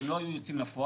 הם לא היו יוצאים לפועל.